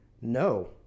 no